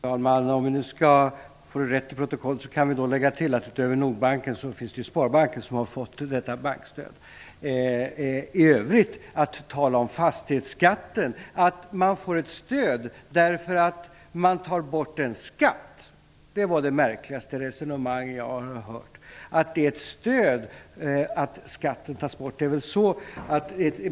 Herr talman! Om vi nu skall få rätt i protokollet kan vi lägga till att utöver Nordbanken har Sparbanken fått detta bankstöd. Att i övrigt tala om fastighetsskatten och säga att man får ett stöd därför att en skatt tas bort var det märkligaste resonemang jag har hört.